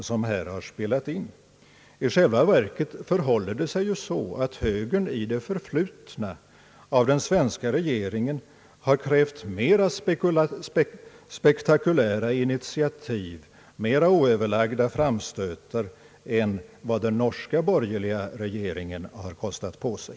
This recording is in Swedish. I själva verket förhåller det sig ju så, att högern i det förflutna av den svenska regeringen har krävt mera spektakulära initiativ, mera oöverlagda framstötar än vad den norska borgerliga regeringen har kostat på sig.